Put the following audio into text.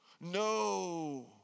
no